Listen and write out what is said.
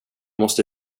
måste